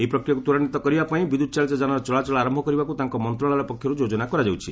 ଏହି ପ୍ରକ୍ରିୟାକୁ ତ୍ୱରାନ୍ୱିତ କରିବା ପାଇଁ ବିଦ୍ୟୁତ୍ ଚାଳିତ ଯାନର ଚଳାଚଳ ଆରମ୍ଭ କରିବାକୁ ତାଙ୍କ ମନ୍ତ୍ରଶାଳୟ ପକ୍ଷରୁ ଯୋଜନା କରାଯାଉଛି